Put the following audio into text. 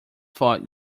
thought